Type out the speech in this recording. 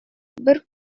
бер